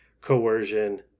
coercion